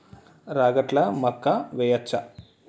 రాగట్ల మక్కా వెయ్యచ్చా?